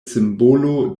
simbolo